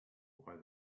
why